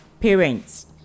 parents